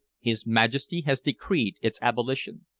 his majesty has decreed its abolition.